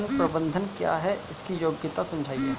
विपणन प्रबंधन क्या है इसकी उपयोगिता समझाइए?